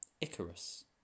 Icarus